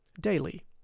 daily